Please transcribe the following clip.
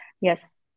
yes